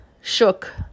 shook